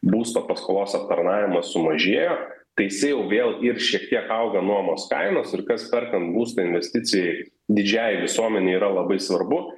būsto paskolos aptarnavimas sumažėjo tai jisai jau vėl ir šiek tiek auga nuomos kainos ir kas perkant būstą investicijai didžiajai visuomenei yra labai svarbu